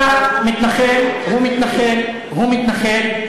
הימים בינינו, אתה מתנחל, הוא מתנחל, הוא מתנחל.